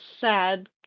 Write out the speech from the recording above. sad